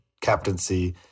captaincy